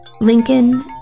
Lincoln